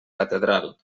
catedral